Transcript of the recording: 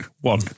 One